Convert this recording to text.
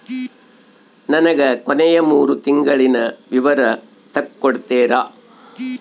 ನನಗ ಕೊನೆಯ ಮೂರು ತಿಂಗಳಿನ ವಿವರ ತಕ್ಕೊಡ್ತೇರಾ?